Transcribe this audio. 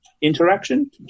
interaction